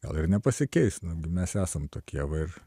gal ir nepasikeis na mes esam tokie va ir